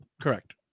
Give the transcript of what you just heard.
Correct